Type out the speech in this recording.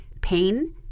pain